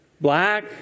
black